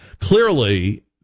Clearly